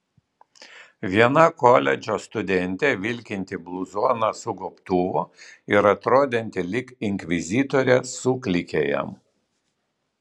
viena koledžo studentė vilkinti bluzoną su gobtuvu ir atrodanti lyg inkvizitorė suklykė jam